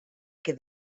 que